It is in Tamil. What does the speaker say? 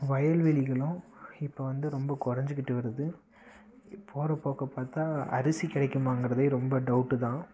வயல் வெளிகளும் இப்போ வந்து ரொம்ப குறைஞ்சிக்கிட்டு வருது போகிற போக்க பார்த்தா அரிசி கிடைக்குமாங்கிறதே ரொம்ப டவுட்டு தான்